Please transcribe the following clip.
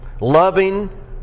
Loving